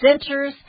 Centers